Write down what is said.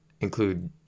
include